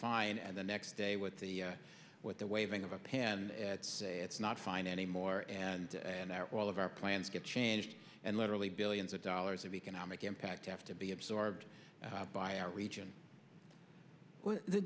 fine and the next day with the with the waving of a pen at say it's not fine anymore and and that wall of our plans get changed and literally billions of dollars of economic impact have to be absorbed by our region the